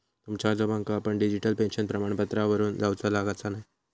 तुमच्या आजोबांका पण डिजिटल पेन्शन प्रमाणपत्रावरून जाउचा लागाचा न्हाय